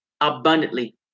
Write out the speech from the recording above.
abundantly